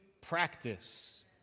practice